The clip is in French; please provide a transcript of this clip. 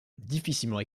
difficilement